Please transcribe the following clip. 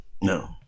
No